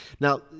now